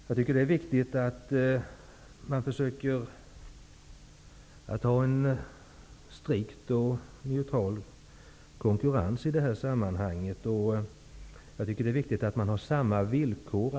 Jag tycker att det är viktigt att man försöker ha en strikt och neutral konkurrens i sammanghanget, och att alla arbetar utifrån samma villkor.